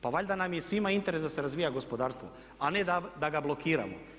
Pa valjda nam je svima interes da se razvija gospodarstvo, a ne da ga blokiramo.